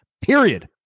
Period